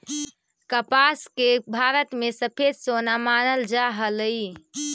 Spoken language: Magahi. कपास के भारत में सफेद सोना मानल जा हलई